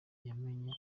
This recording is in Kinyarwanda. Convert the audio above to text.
yamenye